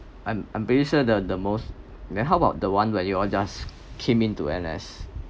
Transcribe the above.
I'm I'm pretty sure the the most then how about the one when you all just came into N_S